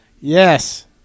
Yes